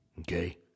Okay